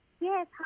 Yes